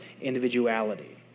individuality